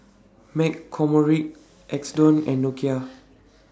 McCormick Xndo and Nokia